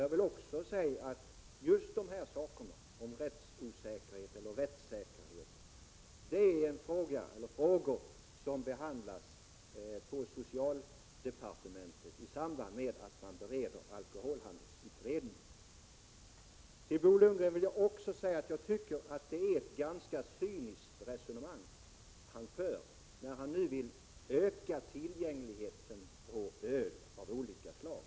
Jag vill också tillägga att just rättsosäkerhet eller rättssäkerhet är frågor som behandlas på socialdeparte mentet i samband med att man bereder alkoholhandelsutredningens förslag. Till Bo Lundgren vill jag också säga att jag tycker att det är ett ganska cyniskt resonemang han för, när han nu vill öka tillgängligheten på öl av olika slag.